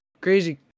crazy